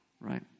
right